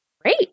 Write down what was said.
great